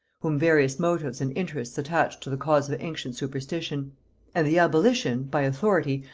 whom various motives and interests attached to the cause of ancient superstition and the abolition, by authority,